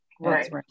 Right